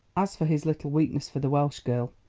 as for his little weakness for the welsh girl,